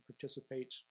participate